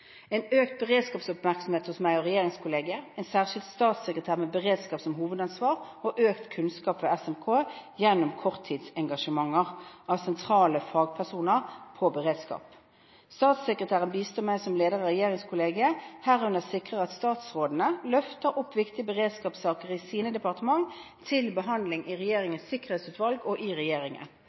En økt beredskapsoppmerksomhet hos meg og regjeringskollegiet, en særskilt statssekretær med beredskap som hovedansvar, og økt kunnskap ved SMK gjennom kortidsengasjementer av sentrale fagpersoner på beredskap. Statssekretæren skal bistå meg som leder av regjeringskollegiet, herunder sikre at statsrådene løfter opp viktige beredskapssaker i sine departement til behandling i Regjeringens sikkerhetsutvalg og i regjeringen.